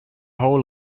whole